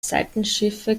seitenschiffe